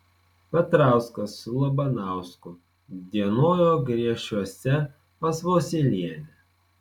petrauskas su labanausku dienojo griešiuose pas vosylienę